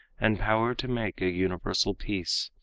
and power to make a universal peace